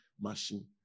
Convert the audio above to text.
machine